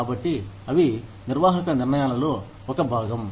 కాబట్టి అవి నిర్వాహక నిర్ణయాలలో ఒక భాగం